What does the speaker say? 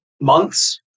months